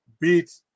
beat